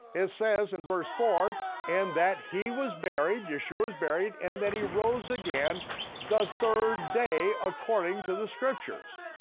it says in verse four and that he was buried, yeshua was buried, and that he rose again the third day according to the scriptures.